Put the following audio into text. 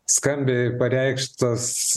skambiai pareikštas